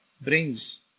brings